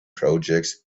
projects